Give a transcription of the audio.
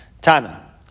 Tana